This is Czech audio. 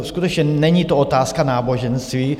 Skutečně, není to otázka náboženství.